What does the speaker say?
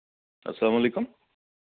اَلسلام علیکُم